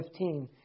15